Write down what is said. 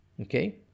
Okay